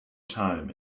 time